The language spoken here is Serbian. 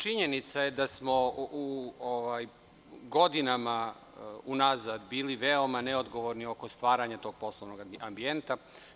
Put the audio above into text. Činjenica je da smo godinama unazad bili veoma neodgovorni oko stvaranja tog poslovnog ambijenta.